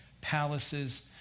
palaces